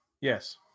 Yes